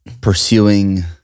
pursuing